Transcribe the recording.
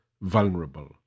vulnerable